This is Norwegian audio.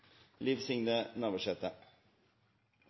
Liv Signe Navarsete.